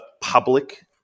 public